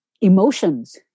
emotions